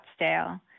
Scottsdale